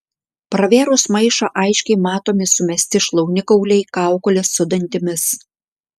pravėrus maišą aiškiai matomi sumesti šlaunikauliai kaukolės su dantimis